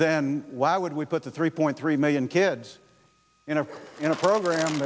then why would we put the three point three million kids in a in a program